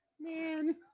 man